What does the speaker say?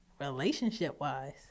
relationship-wise